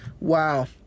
Wow